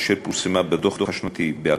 אשר פורסמה בדוח השנתי ב-2012,